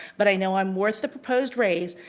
but i know i'm worth the proposed raise,